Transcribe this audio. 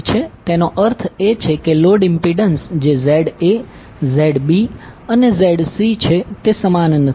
તેનો અર્થ એ છે કે લોડ ઈમ્પીડંસ જે ZA ZB અને ZC છે તે સમાન નથી